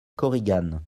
korigane